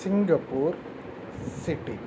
Singapore city